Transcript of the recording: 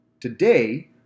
Today